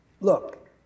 look